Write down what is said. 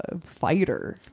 fighter